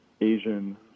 Asian